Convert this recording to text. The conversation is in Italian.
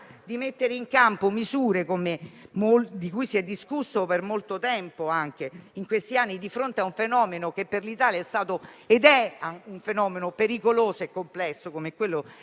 di mettere in campo misure di cui si è discusso per molto tempo anche in questi anni, di fronte a un fenomeno che per l'Italia è stato ed è pericoloso e complesso come quello